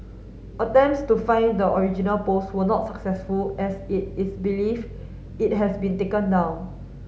attempts to find the original post were not successful as it is believed it has been taken down